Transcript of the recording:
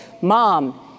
mom